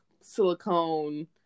silicone